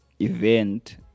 event